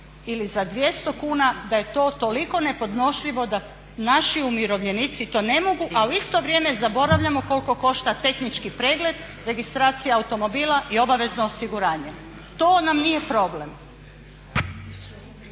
ili za 200 kuna da je to toliko nepodnošljivo da naši umirovljenici to ne mogu a u isto vrijeme zaboravljamo koliko košta tehnički pregled, registracija automobila i obavezno osiguranje. To nam nije problem.